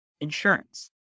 insurance